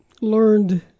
learned